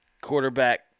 quarterback